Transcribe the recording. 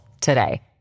today